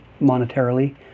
monetarily